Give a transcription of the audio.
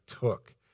took